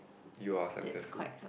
you are successful